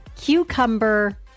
cucumber